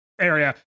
area